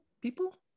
people